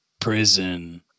Prison